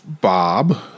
Bob